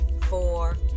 four